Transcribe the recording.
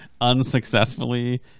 unsuccessfully